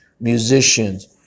musicians